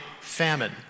famine